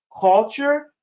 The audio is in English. culture